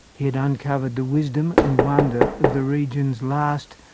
he had uncovered the wisdom and wonder of the region's last,